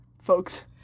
folks